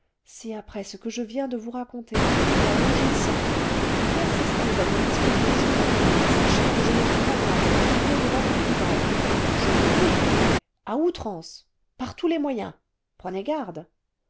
si après ce que je viens de vous raconter en rougissant vous persistiez à me disputer jules sachez que je ne suis pas femme à m'incliner devant une rivale je me défendrai à outrance par tons les moyens prenez garde